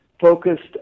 focused